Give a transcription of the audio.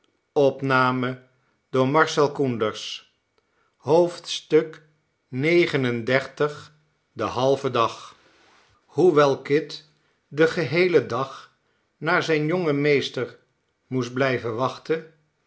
xxxix de halve dag hoewel kit den geheelen dag naar zijn jongen meester moest blijven wachten